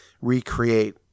recreate